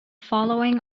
following